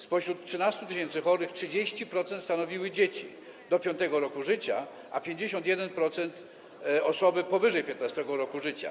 Spośród 13 tys. chorych 30% stanowiły dzieci do 5. roku życia, a 51% osoby powyżej 15. roku życia.